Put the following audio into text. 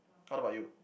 what about you